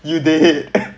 you dead